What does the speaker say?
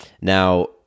Now